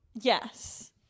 Yes